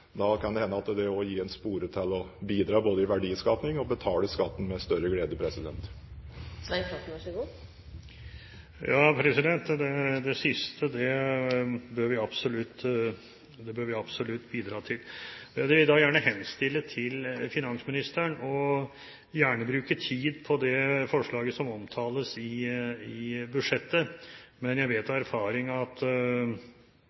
Da kan det hende det òg vil gi en spore til å bidra både i verdiskaping og til å betale skatten med større glede. Det siste bør vi absolutt bidra til. Jeg vil gjerne henstille til finansministeren å bruke tid på det forslaget som omtales i budsjettet. Men jeg vet